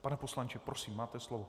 Pane poslanče, prosím, máte slovo.